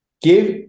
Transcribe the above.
give